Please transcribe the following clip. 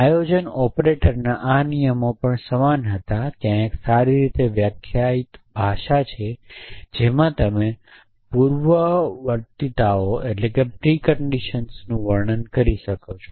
આયોજન ઓપરેટરો ના નિયમો પણ સમાન હતા ત્યાં એક સારી રીતે વ્યાખ્યાયિત ભાષા છે જેમાં તમે પૂર્વવર્તીતાઓનું વર્ણન કરી શકો છો